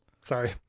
Sorry